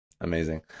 Amazing